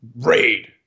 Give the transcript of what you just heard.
raid